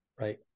Right